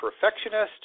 perfectionist